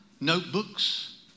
notebooks